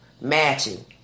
Matching